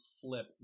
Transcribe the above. flip